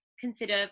consider